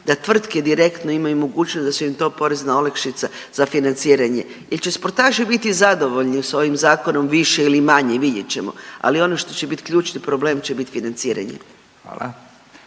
da tvrtke direktno imaju mogućnost, da su im to porezna olakšica za financiranje. Jel će sportaši biti zadovoljni s ovim zakonom više ili manje vidjet ćemo, ali ono što će biti ključni problem će biti financiranje.